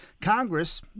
Congress